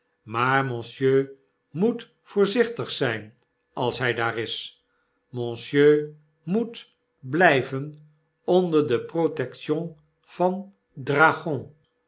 maar monsieur moet voorzichtig zyn als hij daar is monsieur moet blyven onder de protection van